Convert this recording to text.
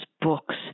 books